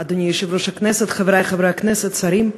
אדוני יושב-ראש הכנסת, חברי חברי הכנסת, שרים,